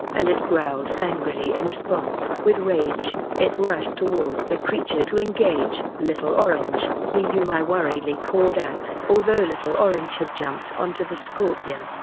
and it growled angrily in response. with rage, it rushed towards the creature to engage. little orange! zhou yumei worriedly called out. although little orange had jumped onto the scorpion,